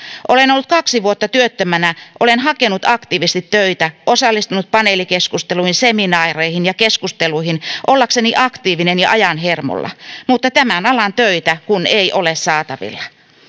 olen ollut kaksi vuotta työttömänä olen hakenut aktiivisesti töitä ja osallistunut paneelikeskusteluihin seminaareihin ja keskusteluihin ollakseni aktiivinen ja ajan hermolla mutta tämän alan töitä kun ei ole saatavilla